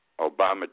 Obama